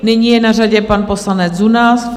Nyní je na řadě pan poslanec Zuna.